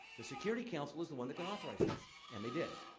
the security council is the one that can authorize this, and they did.